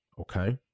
okay